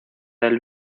del